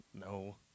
No